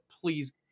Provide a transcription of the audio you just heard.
please